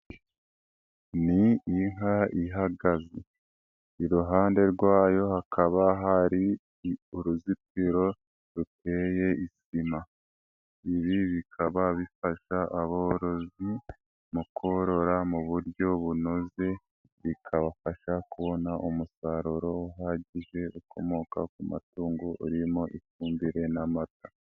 Ni inka ihagaze, iruhande rwayo hakaba hari uruzitiro ruteye isima, ibi bikaba bifasha aborozi mu korora mu buryo bunoze, bikabafasha kubona umusaruro uhagije ukomoka ku matungo, urimo ifumbire n'amata.